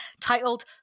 titled